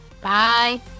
bye